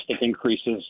increases